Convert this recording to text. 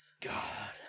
God